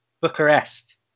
Bucharest